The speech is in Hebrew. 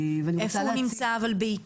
ואני רוצה --- איפה הוא נמצא אבל בעיקר?